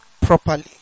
properly